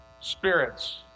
Spirits